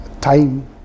time